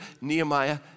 Nehemiah